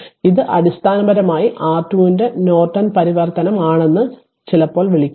അതിനാൽ ഇത് അടിസ്ഥാനപരമായി R2 ൻറെ നോർട്ടൺ പരിവർത്തനമാണെന്ന് ചിലപ്പോൾ വിളിക്കുക